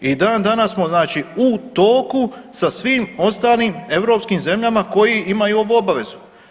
I dan danas smo znači u toku sa svim ostalim europskim zemljama koji imaju ovu obavezu.